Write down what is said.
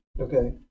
Okay